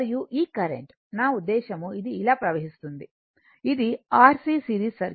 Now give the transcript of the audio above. మరియు ఈ కరెంటు నా ఉద్దేశ్యం ఇది ఇలా ప్రవహిస్తోంది ఇది R C సిరీస్ సర్క్యూట్